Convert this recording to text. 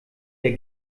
der